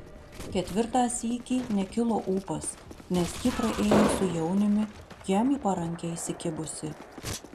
ketvirtą sykį nekilo ūpas nes ji praėjo su jauniumi jam į parankę įsikibusi